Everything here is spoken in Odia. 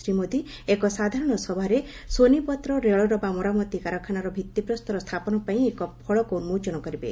ଶ୍ରୀ ମୋଦି ଏକ ସାଧାରଣ ସଭାରେ ସୋନିପତ୍ର ରେଳ ଡବା ମରାମତି କାରଖାନାର ଭିଭିପ୍ରସ୍ତର ସ୍ଥାପନ ପାଇଁ ଏକ ଫଳକ ଉନ୍କୋଚନ କରିବେ